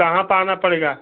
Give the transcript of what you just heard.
कहाँ पर आना पड़ेगा